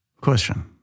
Question